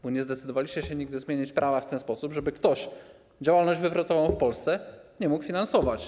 Bo nie zdecydowaliście się nigdy zmienić prawa w ten sposób, żeby ktoś działalności wywrotowej w Polsce nie mógł finansować.